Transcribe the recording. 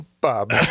bob